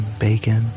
bacon